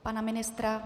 Pana ministra?